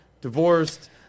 divorced